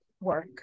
work